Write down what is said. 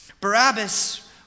Barabbas